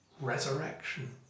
resurrection